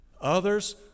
others